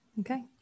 Okay